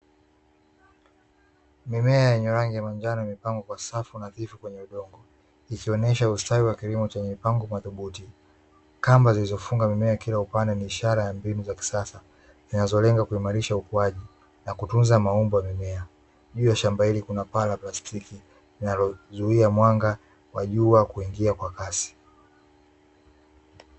Mimea yenye rangi ya manjano imepangwa kwa safu nadhifu kwenye udogo ikionyesha ustawi wa kilimo kwenye mpango madhubuti, kamba zilizofunga mimea kila upande ni ishara ya mbinu za kisasa zinazolenga kuimarisha ukuaji na kutunza maumbo ya mimea juu ya shamba hili kuna paa la plastiki linalozuia mwanga wa jua kuingia kwa kasi.